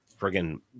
Friggin